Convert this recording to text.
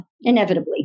inevitably